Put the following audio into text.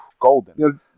golden